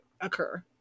occur